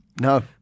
No